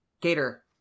Gator